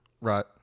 right